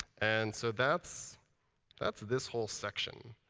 and so that's that's this whole section.